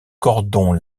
cordon